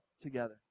together